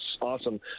awesome